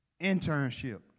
Internship